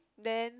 then